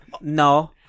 No